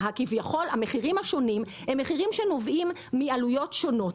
המחירים השונים הם מחירים שנובעים מעלויות שונות,